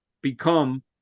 become